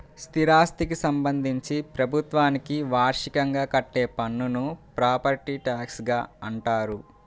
స్థిరాస్థికి సంబంధించి ప్రభుత్వానికి వార్షికంగా కట్టే పన్నును ప్రాపర్టీ ట్యాక్స్గా అంటారు